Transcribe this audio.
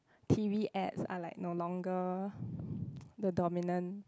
t_v ads are like no longer the dominant